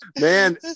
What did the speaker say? man